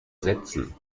sätzen